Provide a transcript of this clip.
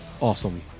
Awesome